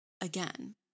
Again